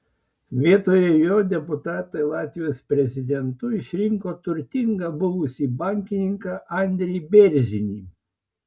vietoje jo deputatai latvijos prezidentu išrinko turtingą buvusį bankininką andrį bėrzinį